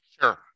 Sure